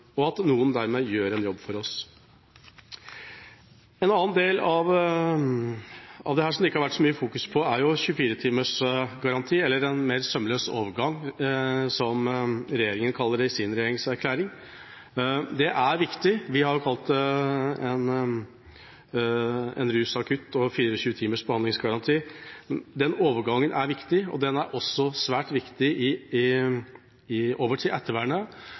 og at noen dermed gjør en jobb for oss. En annen del av dette som det ikke har vært så mye fokus på, er en 24 timers behandlingsgaranti eller en mer «sømløs overgang», som regjeringa kaller det i sin regjeringserklæring. Det er viktig. Vi har kalt det en rusakutt og en 24 timers behandlingsgaranti. Den overgangen er viktig, og den er også svært viktig i ettervernet. I